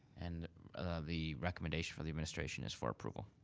and the recommendation for the administration is for approval.